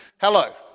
Hello